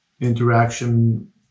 interaction